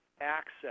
access